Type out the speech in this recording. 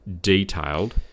detailed